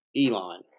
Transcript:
Elon